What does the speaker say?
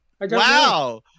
Wow